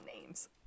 names